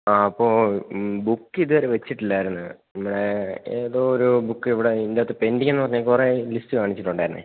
ആ അപ്പോൾ ബുക്കിതുവരെ വെച്ചിട്ടില്ലായിരുന്നു നിങ്ങൾ ഏതോ ഒരു ബുക്ക് ഇവിടെ ഇതിൻറ്റകത്ത് പെൻഡിങ്ങെന്ന് പറഞ്ഞ് കുറേ ലിസ്റ്റ് കാണിച്ചിട്ടുണ്ടായിരുന്നു